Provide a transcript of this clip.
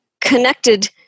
connected